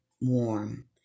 warm